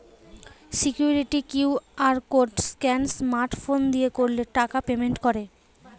security QR code scan smart phone দিয়ে করলে টাকা পেমেন্ট করে